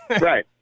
Right